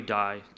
die